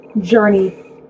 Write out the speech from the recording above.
journey